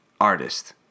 artist